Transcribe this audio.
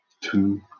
two